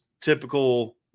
typical